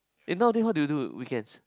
eh nowadays how do you do weekends